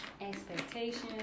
expectations